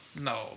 No